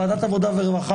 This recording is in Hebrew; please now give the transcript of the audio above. ועדת עבודה ורווחה,